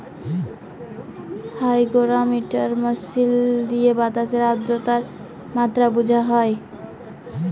hygrometer মিশিল দিঁয়ে বাতাসের আদ্রতার মাত্রা বুঝা হ্যয়